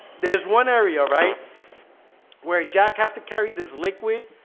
there's one area right where? jack has to carry this liquid